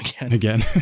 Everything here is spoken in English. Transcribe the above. again